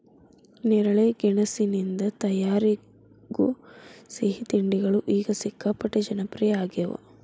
ನೇರಳೆ ಗೆಣಸಿನಿಂದ ತಯಾರಾಗೋ ಸಿಹಿ ತಿಂಡಿಗಳು ಈಗ ಸಿಕ್ಕಾಪಟ್ಟೆ ಜನಪ್ರಿಯ ಆಗ್ಯಾವ